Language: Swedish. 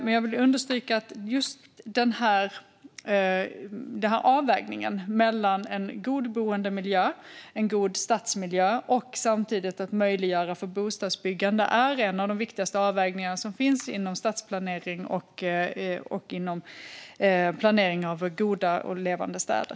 Men jag vill understryka att avvägningen mellan en god boendemiljö, en god stadsmiljö och möjligheter att bygga bostäder är en av de viktigaste avvägningarna när det gäller stadsplanering och planering av goda och levande städer.